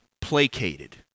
placated